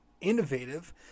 innovative